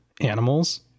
animals